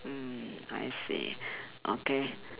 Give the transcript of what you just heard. mm I see okay